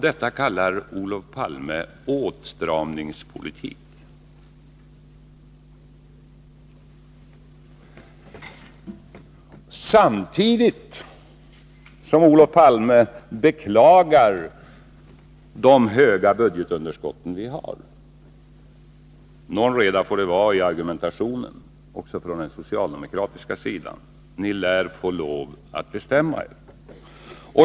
Detta kallar Olof Palme åtstramningspolitik, samtidigt som han beklagar det höga budgetunderskott som vi har. Någon reda får det vara i argumentationen också från den socialdemokratiska sidan. Ni lär få lov att bestämma er.